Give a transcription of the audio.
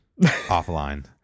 offline